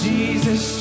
Jesus